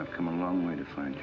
i've come a long way to find